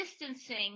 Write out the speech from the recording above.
distancing